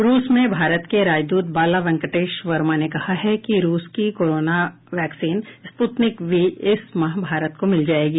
रूस में भारत के राजदूत बाला वेंकटेश वर्मा ने कहा है कि रूस की कोरोना वैक्सीन स्पुतनिक वी इस माह भारत को मिल जाएगी